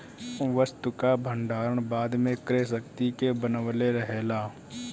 वस्तु कअ भण्डारण बाद में क्रय शक्ति के बनवले रहेला